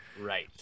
Right